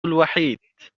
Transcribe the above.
الوحيد